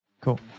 Cool